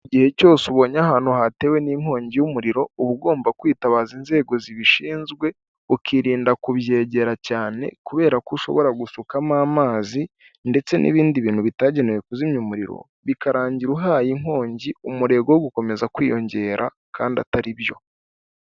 Igihe cyose ubonye ahantu hatewe n'inkongi y'umuriro uba ugomba kwitabaza inzego zibishinzwe, ukirinda kubyegera cyane kubera ko ushobora gusukamo amazi, ndetse n'ibindi bintu bitagenewe kuzimya umuriro bikarangira uhaye inkongi, umurego wo gukomeza kwiyongera kandi atari byo.